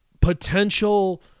potential